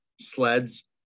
Sleds